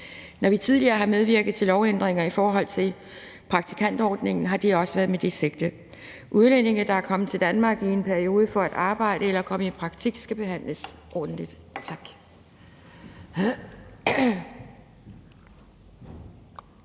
Når vi tidligere har medvirket til lovændringer i forhold til praktikantordningen, har det også været med det sigte. Udlændinge, der er kommet til Danmark i en periode for at arbejde eller komme i praktik, skal behandles ordentligt.